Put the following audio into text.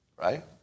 Right